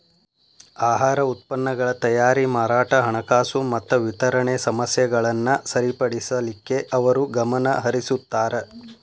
ಆಹಾರ ಉತ್ಪನ್ನಗಳ ತಯಾರಿ ಮಾರಾಟ ಹಣಕಾಸು ಮತ್ತ ವಿತರಣೆ ಸಮಸ್ಯೆಗಳನ್ನ ಸರಿಪಡಿಸಲಿಕ್ಕೆ ಅವರು ಗಮನಹರಿಸುತ್ತಾರ